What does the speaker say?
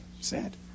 sad